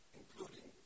including